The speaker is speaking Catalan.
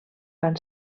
van